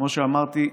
כמו שאמרתי,